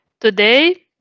Today